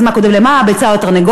אז מה קודם למה, הביצה או התרנגולת?